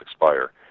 expire